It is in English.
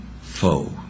foe